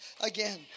again